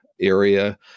area